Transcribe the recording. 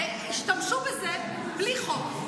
הרי השתמשו בזה בלי חוק.